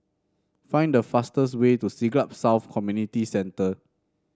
find the fastest way to Siglap South Community Centre